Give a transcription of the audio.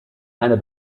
eine